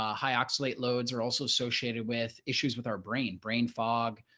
ah high oxalate loads are also associated with issues with our brain brain fog,